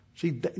See